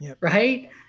Right